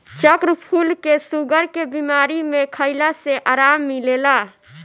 चक्रफूल के शुगर के बीमारी में खइला से आराम मिलेला